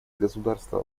государство